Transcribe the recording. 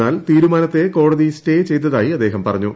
എന്നാൽ തീരുമാനത്തെ കോടതി സ്റ്റേ ചെയ്തതായി അദ്ദേഹം പറഞ്ഞു